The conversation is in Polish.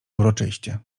uroczyście